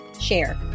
Share